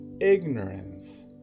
ignorance